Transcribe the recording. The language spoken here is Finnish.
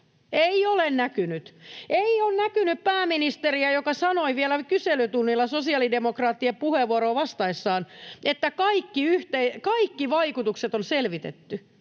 Ei ole näkynyt. Ei ole näkynyt pääministeriä, joka sanoi vielä kyselytunnilla sosiaalidemokraattien puheenvuoroon vastatessaan, että kaikki vaikutukset on selvitetty.